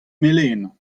melenañ